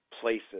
places